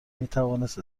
میتوانست